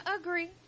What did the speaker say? agree